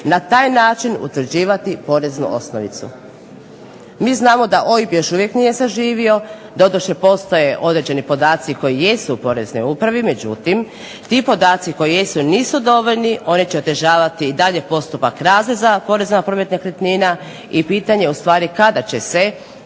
na taj način utvrđivati poreznu osnovicu. Mi znamo da OIB još uvijek nije saživio, doduše postoje određeni podaci koji jesu u Poreznoj upravi, međutim ti podaci koji jesu nisu dovoljni, oni će otežavati i dalje postupak razreza poreza na promet nekretnina. I pitanje je ustvari kada će se